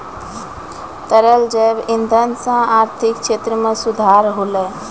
तरल जैव इंधन सँ आर्थिक क्षेत्र में सुधार होलै